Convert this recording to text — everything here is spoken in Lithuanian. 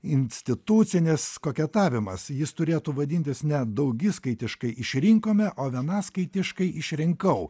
institucinis koketavimas jis turėtų vadintis ne daugiskaitiškai išrinkome o venaskaitiškai išrinkau